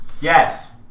Yes